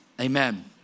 Amen